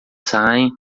saem